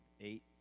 Eight